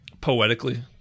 poetically